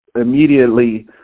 immediately